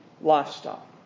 lifestyle